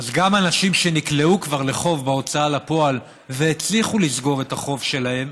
אז גם אנשים שנקלעו כבר לחוב בהוצאה לפועל והצליחו לסגור את החוב שלהם,